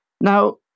Now